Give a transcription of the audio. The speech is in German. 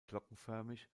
glockenförmig